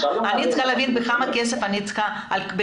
אני רוצה להבין בכמה כסף אנחנו מדברים.